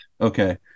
okay